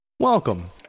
Welcome